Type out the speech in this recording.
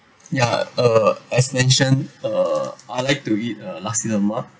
ya uh as mentioned uh I like to eat uh nasi lemak